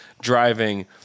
driving